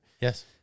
Yes